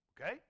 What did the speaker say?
okay